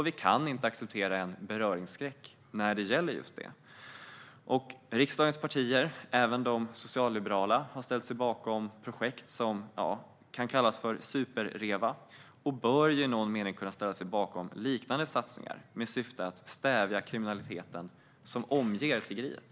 Vi kan inte acceptera en beröringsskräck när det gäller detta. Riksdagens partier, även de socialliberala, har ställt sig bakom projekt som det så kallade super-Reva och bör därför kunna ställa sig bakom liknande satsningar med syfte att stävja den kriminalitet som omger tiggeriet.